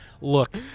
look